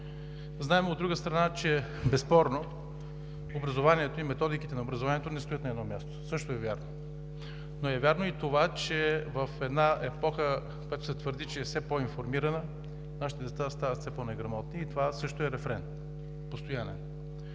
Знаем, от друга страна, че безспорно образованието и методиките на образованието не стоят на едно място. Също е вярно. Но е вярно и това, че в една епоха, в която се твърди, че е все по-информирана, нашите деца стават все по-неграмотни и това също е постоянен